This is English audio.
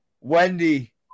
Wendy